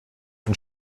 und